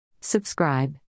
Subscribe